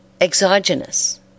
exogenous